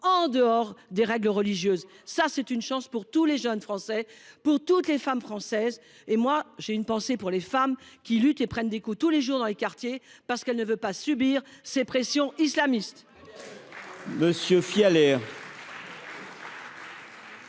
en dehors des règles religieuses. Pour l’instant ! La laïcité est une chance pour tous les jeunes Français, pour toutes les femmes françaises et j’ai une pensée pour les femmes qui luttent et prennent des coups tous les jours dans les quartiers, parce qu’elles ne veulent pas subir ces pressions islamistes